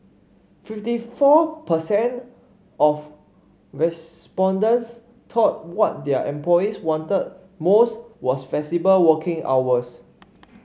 fifty four per cent of respondents thought what their employees wanted most was flexible working hours